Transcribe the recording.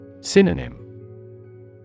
Synonym